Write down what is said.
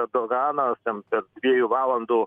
erdoganas ten per dviejų valandų